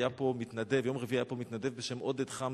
היה פה מתנדב בשם עודד חמדי.